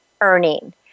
earning